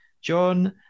John